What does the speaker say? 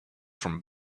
from